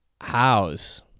house